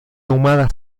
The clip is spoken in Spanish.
ahumada